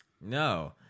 No